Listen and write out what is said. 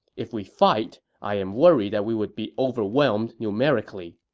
if we fight, i'm worried that we would be overwhelmed numerically.